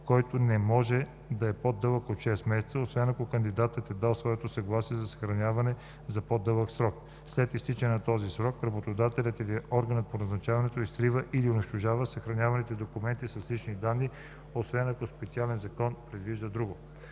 който не може да е по-дълъг от 6 месеца, освен ако кандидатът е дал своето съгласие за съхранение за по-дълъг срок. След изтичането на този срок работодателят или органът по назначаването изтрива или унищожава съхраняваните документи е лични данни, освен ако специален закон предвижда друго.